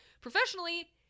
Professionally